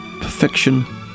Perfection